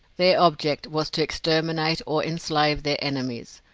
their object was to exterminate or enslave their enemies,